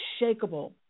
unshakable